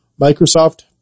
Microsoft